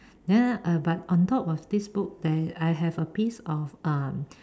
then uh but on top of this book there I have a piece of um